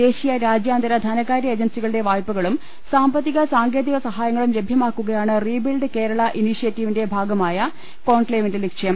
ദേശീയ രാജ്യാന്തര ധനകാര്യ ഏജൻസികളുടെ വായ്പകളും സാമ്പ ത്തിക സാങ്കേതിക സഹായങ്ങളും ലഭ്യമാക്കുകയാണ് റീബിൽഡ് കേരള ഇനീഷ്യേറ്റീവിന്റെ ഭാഗമായ കോൺക്ലേവിന്റെ ലക്ഷ്യം